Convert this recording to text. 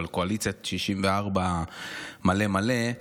אבל קואליציית 64 מלא מלא,